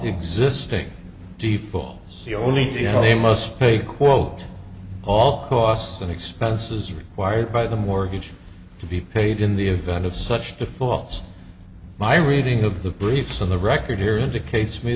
existing d phone the only you know they must pay quote all costs and expenses required by the mortgage to be paid in the event of such defaults my reading of the briefs on the record here indicates